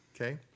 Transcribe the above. okay